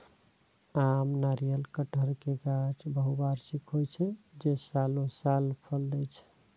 आम, नारियल, कहटर के गाछ बहुवार्षिक होइ छै, जे सालों साल फल दै छै